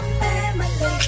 family